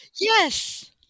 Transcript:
yes